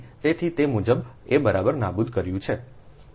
તેથી તે મુજબ મેં બરાબર નાબૂદ કર્યું છે